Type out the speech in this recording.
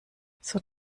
sie